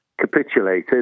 capitulated